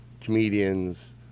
comedians